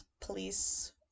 police